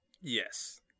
Yes